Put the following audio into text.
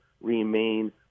remain